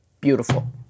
Beautiful